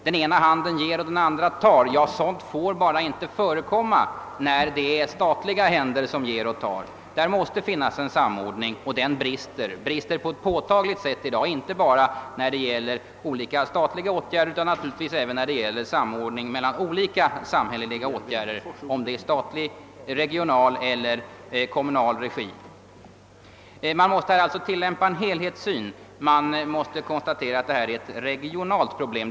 Att ge med den ena handen och ta med den andra får bara inte förekomma när det gäller statliga händer. Samordningen brister i dag på ett påtagligt sätt, inte bara när det gäller statliga åtgärder utan också i fråga om olika samhälleliga åtgärder på central, regional eller lokal nivå. Man måste alltså tillämpa en helhetssyn och konstatera att det här är fråga om ett inte minst regionalt problem.